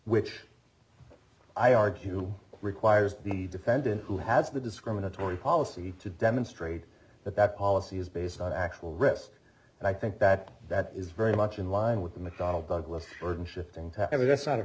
which i argue requires the defendant who has the discriminatory policy to demonstrate that that policy is based on actual rest and i think that that is very much in line with mcdonnell douglas ford and shifting i mean that's not a